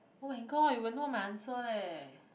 oh my god you will know my answer leh